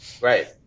Right